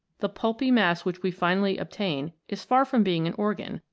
the pulpy mass which we finally obtain is far from being an organ,